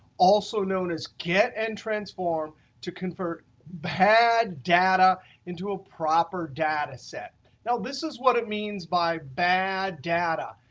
also known as get and transform to convert bad data into a proper data set. now, this is what it means by bad data.